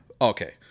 Okay